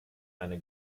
eine